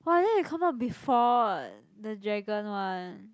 !wah! then it come out before the dragon one